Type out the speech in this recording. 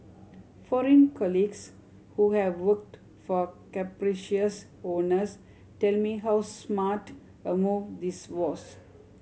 foreign colleagues who have worked for capricious owners tell me how smart a move this was